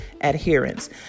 adherence